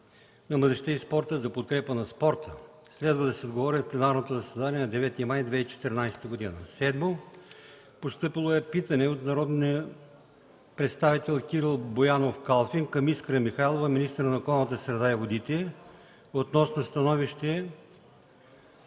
на младежта и спорта за подкрепа на спорта. Следва да се отговори в пленарното заседание на 9 май 2014 г. 7. Постъпило е питане от народния представител Кирил Боянов Калфин към Искра Михайлова – министър на околната среда и водите, относно становище